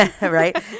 Right